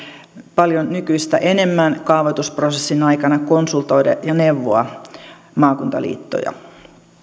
paljon nykyistä enemmän kaavoitusprosessin aikana konsultoida ja neuvoa maakuntaliittoja